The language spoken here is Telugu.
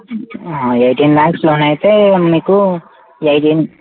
ఎయిటీన్ ల్యాక్స్ లోన్ అయితే మీకు ఎయిటీన్